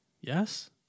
Yes